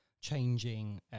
changing